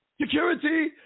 Security